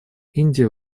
индия